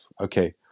okay